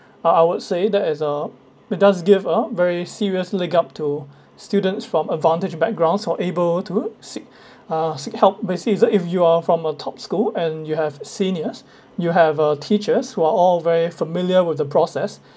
uh I would say that is a it does give a very serious leg up to students from advantaged backgrounds who are able to seek uh seek help basically it's that if you are from a top school and you have seniors you have a teachers who are all very familiar with the process